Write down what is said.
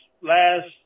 last